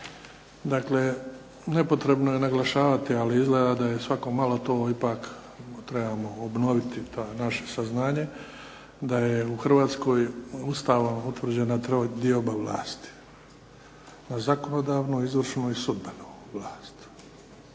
Dakle, nepotrebno je naglašavati, ali izgleda da je svako malo to ipak trebamo obnoviti to naše saznanje da je u Hrvatskoj Ustavom utvrđena dioba vlasti. Na zakonodavnu, izvršnu i sudbenu vlast.